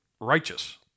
righteous